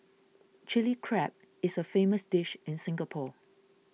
Chilli Crab is a famous dish in Singapore